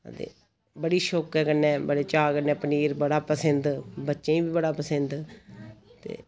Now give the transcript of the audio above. ते बड़ी शौके कन्नै बड़े चाव् कन्नै पनीर बड़ा पसिंद बच्चें वि बड़ा पसिंद ते